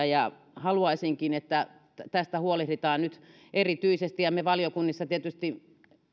ja haluaisinkin että tästä huolehditaan nyt erityisesti me valiokunnissa tietysti ja